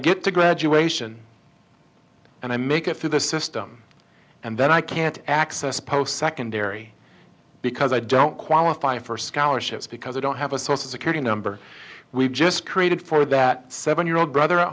get to graduation and i make it through the system and then i can't access post secondary because i don't qualify for scholarships because i don't have a source of security number we've just created for that seven year old brother at